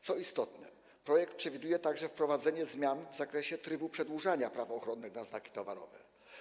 Co istotne, projekt przewiduje także wprowadzenie zmian w zakresie trybu przedłużania praw ochronnych na znaki towarowe.